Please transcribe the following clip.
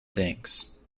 thanks